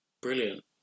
brilliant